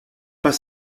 pas